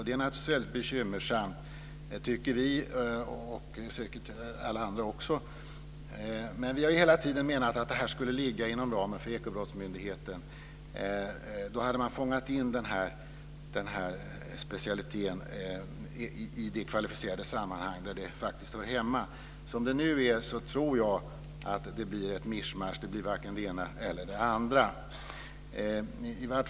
Det är bekymmersamt, tycker vi och säkert också alla andra. Vi har hela tiden menat att miljöbrottsbekämpning skulle ligga inom ramen för Ekobrottsmyndigheten. Då hade man fångat in specialiteten i det kvalificerade sammanhang där den hör hemma. Som det nu är blir det ett mischmasch, varken det ena eller det andra.